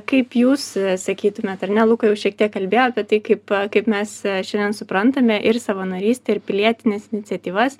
kaip jūs sakytumėt ar ne luka jau šiek tiek kalbėjo apie tai kaip kaip mes šiandien suprantame ir savanorystę ir pilietines iniciatyvas